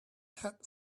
had